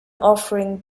offering